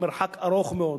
מרחק רב מאוד.